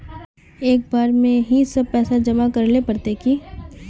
एक बार में ही सब पैसा जमा करले पड़ते की?